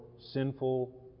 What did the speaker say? sinful